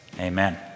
Amen